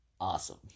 Awesome